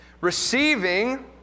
Receiving